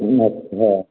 ओ अच्छा